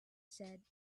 said